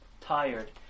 tired